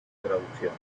traducción